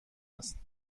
است